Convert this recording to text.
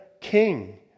King